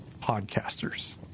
podcasters